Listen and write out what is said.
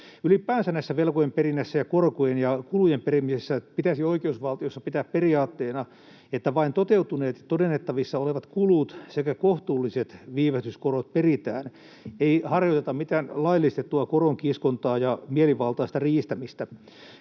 Ylipäänsä velkojen perinnässä ja korkojen ja kulujen perimisessä pitäisi oikeusvaltiossa pitää periaatteena, että vain toteutuneet, todennettavissa olevat kulut sekä kohtuulliset viivästyskorot peritään, ei harjoiteta mitään laillistettua koronkiskontaa ja mielivaltaista riistämistä.